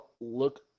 look